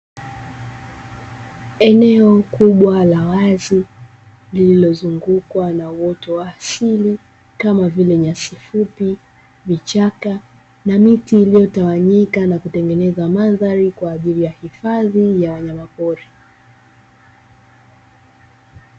Eneo kubwa la wazi lililozungukwa na uoto wa asili kama vile; nyasi fupi, vichaka, na miti iliyotawanyika na kutengeneza mandhari kwa ajili ya hifadhi ya wanyamapori.